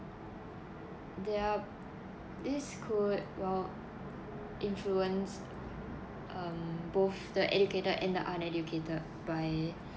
their this could well influence um both the educated and the uneducated by